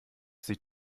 sie